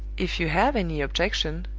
if you have any objection,